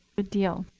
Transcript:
good deal.